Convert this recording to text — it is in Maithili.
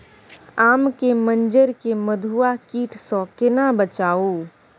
आम के मंजर के मधुआ कीट स केना बचाऊ?